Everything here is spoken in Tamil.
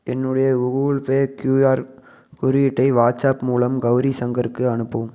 என்னுடைய கூகுள்பே கியூஆர் குறியீட்டை வாட்ஸ்அப் மூலம் கௌரி சங்கருக்கு அனுப்பவும்